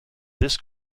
this